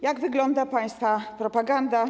Jak wygląda państwa propaganda?